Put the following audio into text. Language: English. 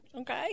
okay